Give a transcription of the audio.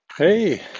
Hey